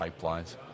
pipelines